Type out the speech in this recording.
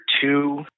two